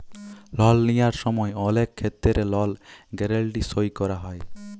লল লিঁয়ার সময় অলেক খেত্তেরে লল গ্যারেলটি সই ক্যরা হয়